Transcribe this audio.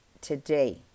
today